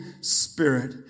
Spirit